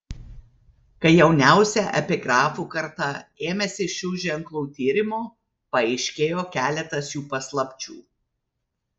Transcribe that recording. kai jauniausia epigrafų karta ėmėsi šių ženklų tyrimo paaiškėjo keletas jų paslapčių